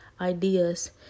ideas